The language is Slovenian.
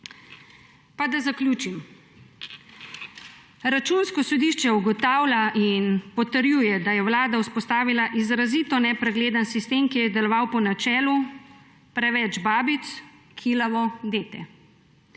Da zaključim. Računsko sodišče ugotavlja in potrjuje, da je Vlada vzpostavila izrazito nepregleden sistem, ki je deloval po načelu preveč babic, kilavo dete.